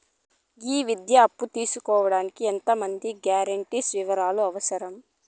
ఈ విద్యా అప్పు తీసుకోడానికి ఎంత మంది గ్యారంటర్స్ వివరాలు అవసరం?